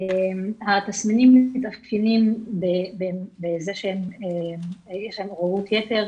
התסמינים מתאפיינים בזה שיש להם עוררות יתר,